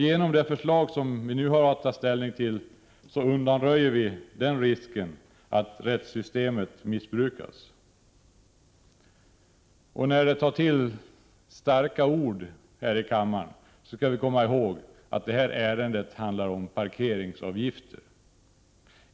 Genom det förslag som vi nu har att ta ställning till undanröjer vi risken att rättssystemet missbrukas. Det tas till starka ord i kammaren, men vi skall komma ihåg att detta ärende handlar om parkeringsavgifter.